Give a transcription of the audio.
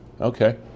Okay